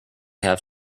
have